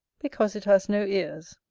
because it has no ears.